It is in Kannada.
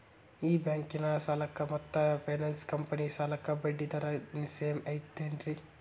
ಈ ಬ್ಯಾಂಕಿನ ಸಾಲಕ್ಕ ಮತ್ತ ಫೈನಾನ್ಸ್ ಕಂಪನಿ ಸಾಲಕ್ಕ ಬಡ್ಡಿ ದರ ಸೇಮ್ ಐತೇನ್ರೇ?